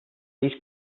these